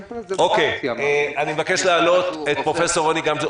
אוקיי, אני מבקש להעלות את פרופ' רוני גמזו.